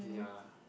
yeah